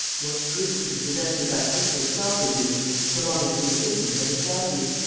what good could the possession of that crystal stopper do him so long as he was ignorant of its value?